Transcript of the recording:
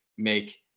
make